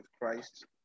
Christ